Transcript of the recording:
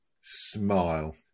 smile